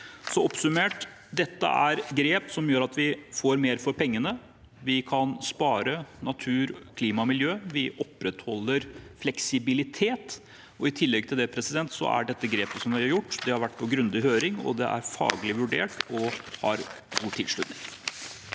Oppsummert: Dette er et grep som gjør at vi får mer for pengene, vi kan spare natur, klima og miljø, og vi opprettholder fleksibilitet. I tillegg: Dette grepet som vi har gjort, har vært på grundig høring, og det er faglig vurdert og har god tilslutning.